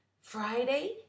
Friday